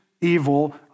evil